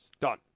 Done